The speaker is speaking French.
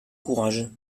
courage